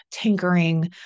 tinkering